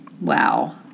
Wow